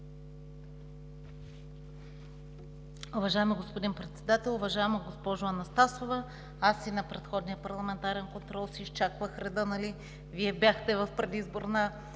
Уважаеми господин Председател! Уважаема госпожо Анастасова, и на предходния парламентарен контрол изчаквах реда си. Вие бяхте в предизборна